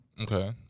Okay